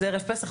זה ערב פסח,